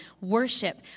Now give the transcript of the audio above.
worship